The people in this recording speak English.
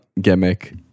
gimmick